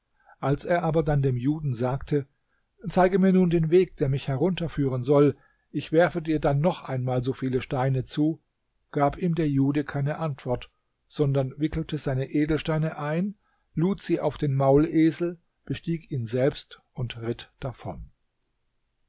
als er aber dann dem juden sagte zeige mir nun den weg der mich herunterführen soll ich werfe dir dann noch einmal so viele steine zu gab ihm der jude keine antwort sondern wickelte seine edelsteine ein lud sie auf den maulesel bestieg ihn selbst und ritt davon